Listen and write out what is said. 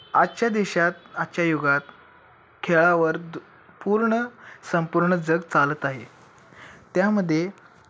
आजच्या देशात आजच्या युगात खेळावर द पूर्ण संपूर्ण जग चालत आहे त्यामध्ये